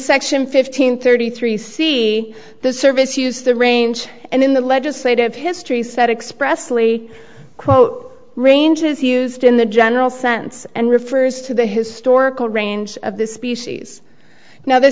section fifteen thirty three c the service used the range and in the legislative history set expressly quote ranges used in the general sense and refers to the historical range of the species now the